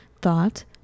thought